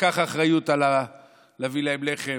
לקח אחריות להביא להם לחם,